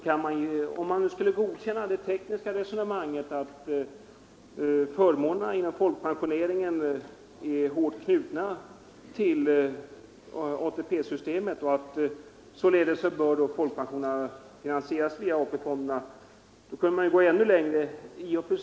Om man vidare skulle godkänna herr Ringabys tekniska resonemang om att förmånerna inom folkpensioneringen är hårt knutna till ATP systemet och att folkpensionerna därför bör finansieras via AP-fonderna, kunde man i och för sig också gå ännu längre på den vägen.